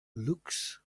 looks